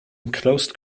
enclosed